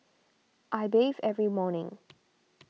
I bathe every morning